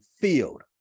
field